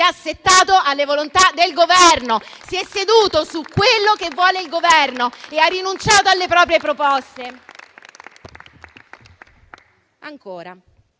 settato sulle volontà del Governo, si è seduto su quello che vuole il Governo e ha rinunciato alle proprie proposte.